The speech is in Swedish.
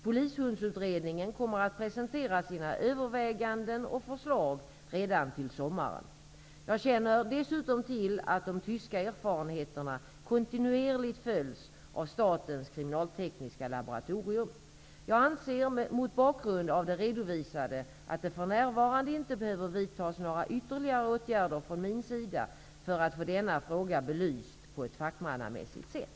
Polishundsutredningen kommer att presentera sina överväganden och förslag redan till sommaren. Jag känner dessutom till att de tyska erfarenheterna kontinuerligt följs av Statens kriminaltekniska laboratorium. Jag anser mot bakgrund av det redovisade att det för närvarande inte behöver vidtas några ytterligare åtgärder från min sida för att få denna fråga belyst på ett fackmannamässigt sätt.